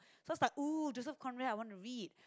so was like [ooh] Joseph-Conrad I want to read